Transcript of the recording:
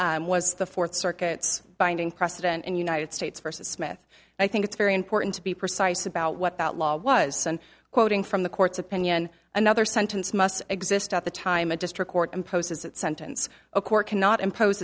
as was the fourth circuit binding precedent and united states versus smith i think it's very important to be precise about what that law was quoting from the court's opinion another sentence must exist at the time a district court imposes that sentence a court cannot impose